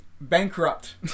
bankrupt